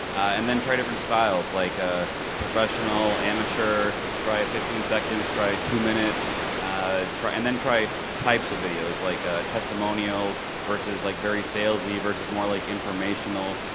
and then try different styles, like ah professional, amateur, try a fifteen seconds, try two minutes ah try and then try types of videos like ah testimonials versus like very salesy versus more like informational.